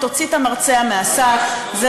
זה